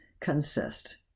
consist